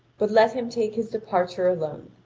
but let him take his departure alone.